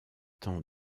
ans